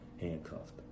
Handcuffed